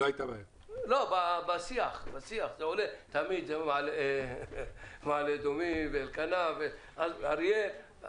בשיח תמיד מדברים על מעלה אדומים, אלקנה ואריאל.